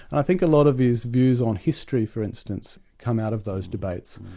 i think a lot of his views on history, for instance, come out of those debates.